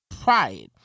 Pride